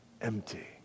empty